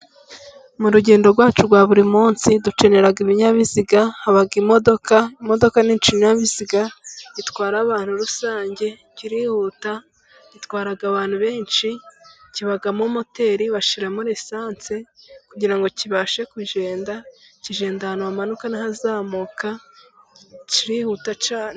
Mu rugendo rwacu rwa buri munsi dukenera ibinyabiziga, haba imodoka, imodoka ni ikinyabiziga gitwara abantu rusange, kirihuta, gitwara abantu benshi, kibamo moteri, bashyiramo esansi kugirango ngo kibashe kugenda, kigenda ahantu hamanuka n'ahazamuka, kirihuta cyane.